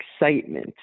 excitement